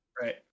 Right